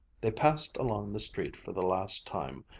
they passed along the street for the last time,